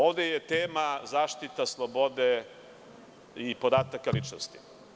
Ovde je tema zaštita slobode i podataka ličnosti.